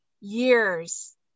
years